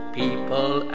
people